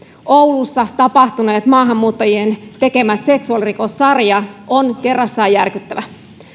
oulussa tapahtunut maahanmuuttajien tekemä seksuaalirikossarja on kerrassaan järkyttävä